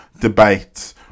debate